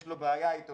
יש לו בעיה איתו,